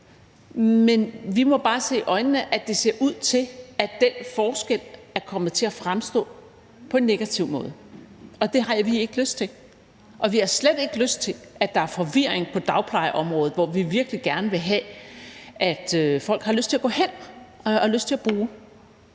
men vi må bare se i øjnene, at det ser ud til, at den forskel er kommet til at fremstå på en negativ måde, og det har vi ikke lyst til. Og vi har slet ikke lyst til, at der er forvirring på dagplejeområdet, hvor vi virkelig gerne vil have at folk har lyst til at gå hen og har lyst til at